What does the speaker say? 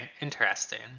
interesting